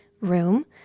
room